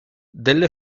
delle